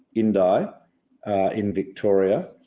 indi in victoria,